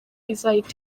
izahita